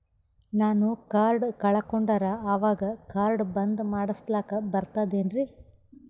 ನಾನು ಕಾರ್ಡ್ ಕಳಕೊಂಡರ ಅವಾಗ ಕಾರ್ಡ್ ಬಂದ್ ಮಾಡಸ್ಲಾಕ ಬರ್ತದೇನ್ರಿ?